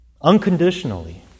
unconditionally